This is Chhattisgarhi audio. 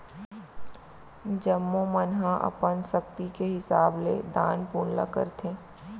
जम्मो मन ह अपन सक्ति के हिसाब ले दान पून ल करथे